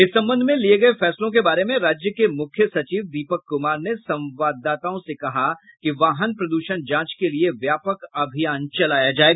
इस संबंध में लिये गये फैसलों के बारे में राज्य के मुख्य सचिव दीपक कुमार ने संवाददाताओ से कहा कि वाहन प्रदूषण जांच के लिए व्यापक अभियान चलाया जायेगा